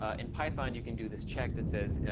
ah in python, you can do this check that says,